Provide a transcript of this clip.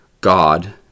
God